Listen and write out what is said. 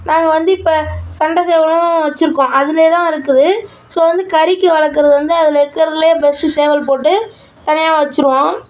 நாங்கள் வந்து இப்போ சண்டைசேவலும் வெச்சிருக்கோம் அதுலேயே தான் இருக்குது ஸோ வந்து கறிக்கு வளக்கிறது வந்து அதில் இருக்கிறதுலே ஃபெஸ்ட்டு சேவல் போட்டு தனியாக வெச்சிருவோம்